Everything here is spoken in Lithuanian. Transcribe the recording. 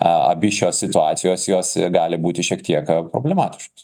abi šios situacijos jos gali būti šiek tiek problematiškos